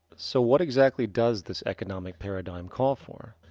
so what exactly does this economic paradigm call for?